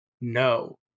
No